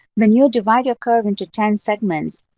when you divide your curve into ten segments,